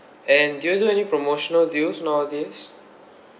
and do you do any promotional deals nowadays